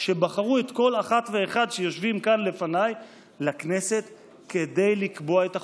שבהן נבחרו לכנסת כל אחת ואחד שיושבים כאן לפניי כדי לקבוע את החוקים,